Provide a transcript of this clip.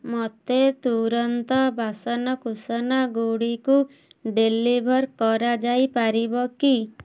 ମୋତେ ତୁରନ୍ତ ବାସନକୁସନ ଗୁଡ଼ିକୁ ଡେଲିଭର୍ କରାଯାଇପାରିବେ କି